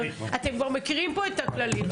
אתם כבר מכירים פה את הכללים,